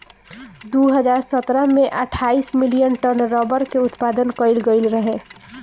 दू हज़ार सतरह में अठाईस मिलियन टन रबड़ के उत्पादन कईल गईल रहे